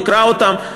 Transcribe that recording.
תקרא אותן,